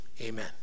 amen